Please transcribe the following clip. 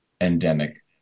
endemic